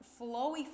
flowy